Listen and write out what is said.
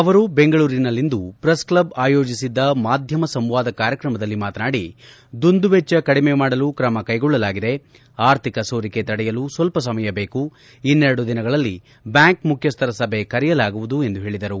ಅವರು ಬೆಂಗಳೂರಿನಲ್ಲಿಂದು ಪ್ರೆಸ್ಕ್ಷಬ್ ಆಯೋಜಿಸಿದ್ದ ಮಾಧ್ಯಮ ಸಂವಾದ ಕಾರ್ಯಕ್ರಮದಲ್ಲಿ ಮಾತನಾಡಿ ದುಂದು ವೆಚ್ಚ ಕಡಿಮೆ ಮಾಡಲು ಕ್ರಮ ಕೈಗೊಳ್ಳಲಾಗಿದೆ ಆರ್ಥಿಕ ಸೋರಿಕೆ ತಡೆಯಲು ಸ್ತಲ್ಪ ಸಮಯ ಬೇಕು ಇನ್ನೆರಡು ದಿನಗಳಲ್ಲಿ ಬ್ಯಾಂಕ್ ಮುಖ್ಯಸ್ಥರ ಸಭೆ ಕರೆಯಲಾಗುವುದು ಎಂದು ಹೇಳಿದರು